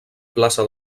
plaça